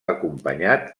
acompanyat